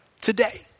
today